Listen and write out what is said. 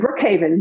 Brookhaven